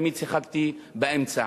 תמיד שיחקתי באמצע.